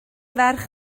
ferch